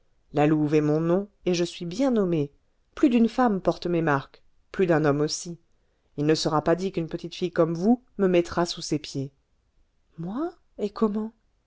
la louve est mon nom et je suis bien nommée plus d'une femme porte mes marques plus d'un homme aussi il ne sera pas dit qu'une petite fille comme vous me mettra sous ses pieds moi et comment